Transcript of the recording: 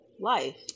life